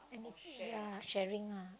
sharing lah